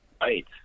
Right